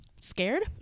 scared